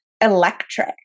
Electric